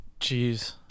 Jeez